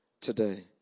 today